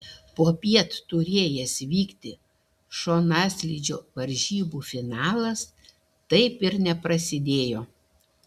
popiet turėjęs vykti šonaslydžio varžybų finalas taip ir neprasidėjo